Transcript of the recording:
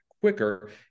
quicker